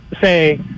say